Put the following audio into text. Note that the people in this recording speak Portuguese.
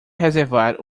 reservar